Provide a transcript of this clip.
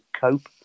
cope